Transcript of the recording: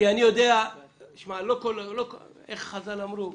איך חז"ל אמרו?